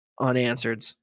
unanswered